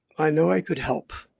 i know i could help.